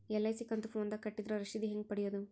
LIC ಕಂತು ಫೋನದಾಗ ಕಟ್ಟಿದ್ರ ರಶೇದಿ ಹೆಂಗ್ ಪಡೆಯೋದು?